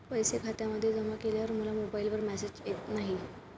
पैसे खात्यामध्ये जमा केल्यावर मला मोबाइलवर मेसेज येत नाही?